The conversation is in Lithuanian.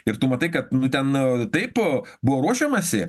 ir tu matai kad nu ten o taip buvo ruošiamasi